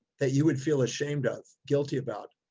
that you would feel ashamed of, guilty about,